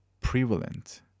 prevalent